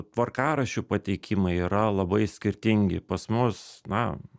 tvarkaraščių pateikimai yra labai skirtingi pas mus na